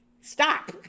stop